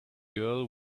girl